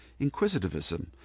inquisitivism